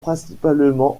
principalement